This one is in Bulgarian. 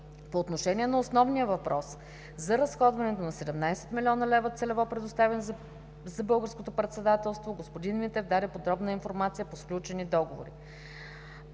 По отношение на основния въпрос за разходването на 17 000 000 лв. целево предоставени за Българското председателство на Европейския съюз г-н Митев даде подробна информация по сключените договори: